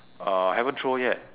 uh haven't throw yet